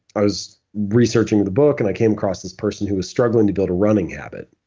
i was researching the book and i came across this person who was struggling to build a running habit.